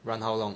run how long